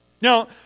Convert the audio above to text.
Now